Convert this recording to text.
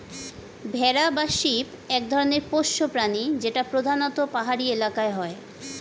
ভেড়া বা শিপ এক ধরনের পোষ্য প্রাণী যেটা প্রধানত পাহাড়ি এলাকায় হয়